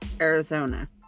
Arizona